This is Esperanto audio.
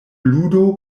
ludo